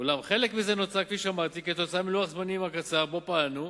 אולם חלק מזה נוצר כתוצאה מלוח הזמנים הקצר שבו פעלנו.